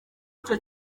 icyo